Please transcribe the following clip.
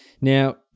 Now